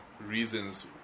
Reasons